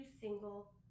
single